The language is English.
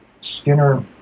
Skinner